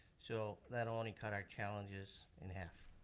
so that'll only cut our challenges in half.